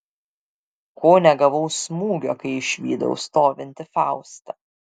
ko negavau smūgio kai išvydau stovintį faustą